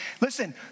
Listen